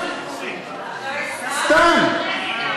סתם.